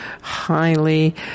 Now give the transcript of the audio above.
highly